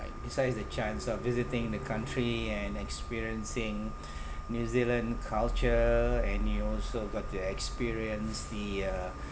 besides the chance of visiting the country and experiencing new zealand culture and you also got to experience the uh